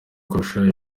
kurusha